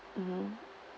mmhmm